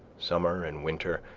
summer and winter,